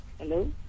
Hello